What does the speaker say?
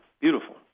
beautiful